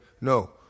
no